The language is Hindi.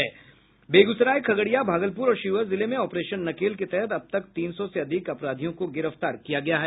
बेगूसराय खगड़िया भागलपुर और शिवहर जिले में ऑपरेशन नकेल के तहत अब तक तीन सौ से अधिक अपराधियों को गिरफ्तार किया गया है